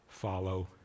Follow